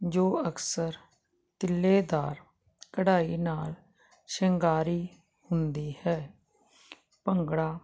ਜੋ ਅਕਸਰ ਤਿੱਲੇਦਾਰ ਕਢਾਈ ਨਾਲ ਸ਼ਿੰਗਾਰੀ ਹੁੰਦੀ ਹੈ ਭੰਗੜਾ